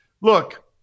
look